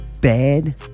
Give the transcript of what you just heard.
bad